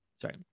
Sorry